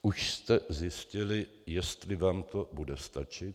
Už jste zjistili, jestli vám to bude stačit?